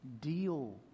Deal